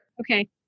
Okay